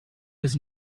was